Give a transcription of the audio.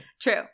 True